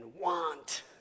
want